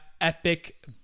Epic